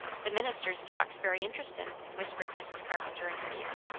the minister's talk's very interestin', whispered mrs. carpenter in her ear.